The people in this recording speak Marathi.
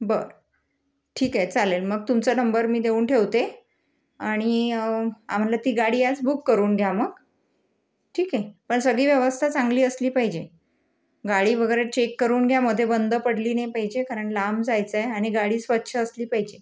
बरं ठीक आहे चालेल मग तुमचा नंबर मी देऊन ठेवते आणि आम्हाला ती गाडी आज बुक करून घ्या मग ठीक आहे पण सगळी व्यवस्था चांगली असली पाहिजे गाडी वगैरे चेक करून घ्या मध्ये बंद पडली नाही पाहिजे कारण लांब जायचं आहे आणि गाडी स्वच्छ असली पाहिजे